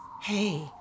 Hey